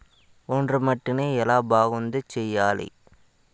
ఒండ్రు మట్టిని ఎలా బాగుంది చేయాలి?